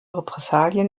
repressalien